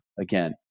Again